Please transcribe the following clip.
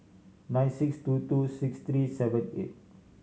nine six two two six three seven eight